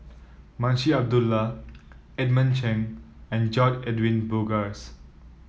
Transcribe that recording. Munshi Abdullah Edmund Cheng and George Edwin Bogaars